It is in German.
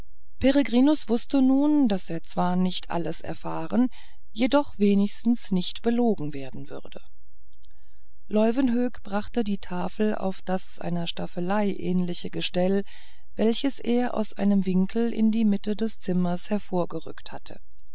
peregrinus wußte nun daß er zwar nicht alles erfahren jedoch wenigstens nicht belogen werden würde leuwenhoek brachte die tafel auf das einer staffelei ähnliche gestell welches er aus einem winkel in die mitte des zimmers hervorgerückt hatte